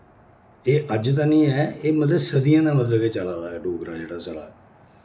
एह् अज्ज दा नेईं ऐ एह् मतलब सदियें दा मतलब एह् चला दा एह् डोगरा जेह्ड़ा साढ़ा